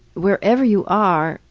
wherever you are,